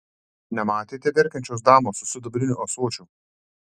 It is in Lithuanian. nematėte verkiančios damos su sidabriniu ąsočiu